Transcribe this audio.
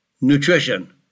nutrition